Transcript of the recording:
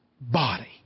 body